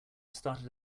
started